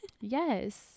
Yes